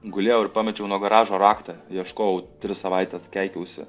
gulėjau ir pamečiau nuo garažo raktą ieškojau tris savaites keikiausi